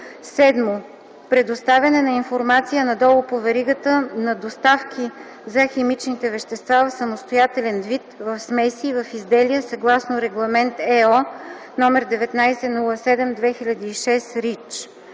7. предоставяне на информация надолу по веригата на доставки за химичните вещества в самостоятелен вид, в смеси и в изделия съгласно Регламент (ЕО) № 1907/2006